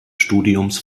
studiums